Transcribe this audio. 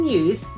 use